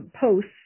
posts